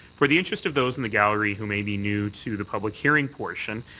for the interest of those in the gallery who may be new to the public hearing portion,